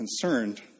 concerned